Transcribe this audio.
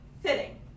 fitting